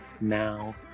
now